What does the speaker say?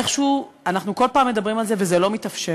איכשהו אנחנו כל פעם מדברים על זה, וזה לא מתאפשר.